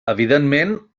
evidentment